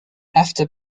after